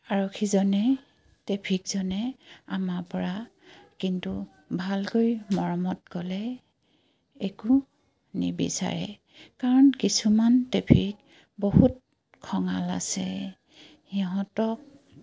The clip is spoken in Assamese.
আৰক্ষীজনে ট্ৰেফিকজনে আমাৰপৰা কিন্তু ভালকৈ মৰমত ক'লে একো নিবিচাৰে কাৰণ কিছুমান ট্ৰেফিক বহুত খঙাল আছে সিহঁতক